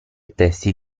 testi